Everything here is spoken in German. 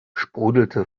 sprudelte